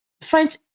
French